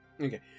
Okay